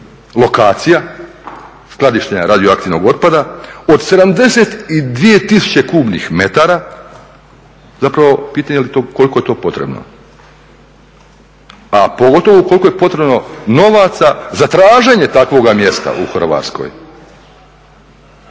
lokacija skladištenja radioaktivnog otpada od 72000 kubnih metara zapravo pitanje je koliko je to potrebno. A pogotovo koliko je potrebno novaca za traženje takvoga mjesta u Hrvatskoj.